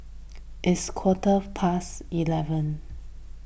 its quarter past eleven